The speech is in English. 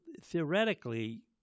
theoretically